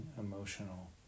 emotional